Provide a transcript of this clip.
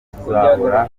tubibuka